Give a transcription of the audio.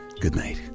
goodnight